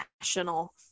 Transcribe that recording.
national